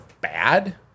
bad